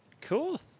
cool